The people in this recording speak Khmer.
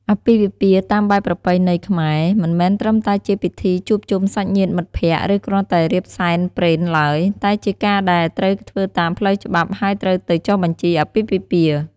អាពាហ៍ពិពាហ៍តាមបែបប្រពៃណីខ្មែរ មិនមែនត្រឹមតែជាពិធីជួបជុំសាច់ញាតិមិត្តភក្តិ ឬគ្រាន់តែរៀបសែនព្រេនឡើយ តែជាការដែលត្រូវធ្វើតាមផ្លូវច្បាប់ ហើយត្រូវទៅចុះបញ្ជីអាពាហ៍ពិពាហ៍។